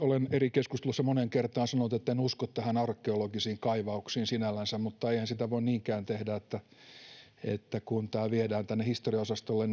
olen eri keskusteluissa moneen kertaan sanonut että en usko arkeologisiin kaivauksiin sinällänsä mutta eihän sitä voi niinkään tehdä että kun tämä viedään tänne historiaosastolle